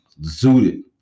zooted